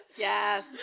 Yes